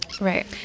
Right